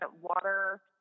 water